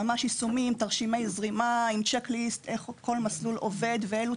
אלא ממש יישומי עם תרשימי זרימה ועם check list איך כל מסלול עובד ואלו